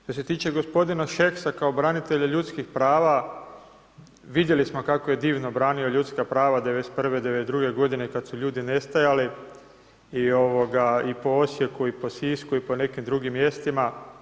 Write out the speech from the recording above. Što se tiče gospodina Šeksa kao branitelja ljudskih prava, vidjeli smo kako je divno branio ljudska prava '91., '92. godine kada su ljudi nestajali i po Osijeku i po Sisku i po nekim drugim mjestima.